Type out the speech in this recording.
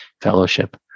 fellowship